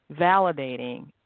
validating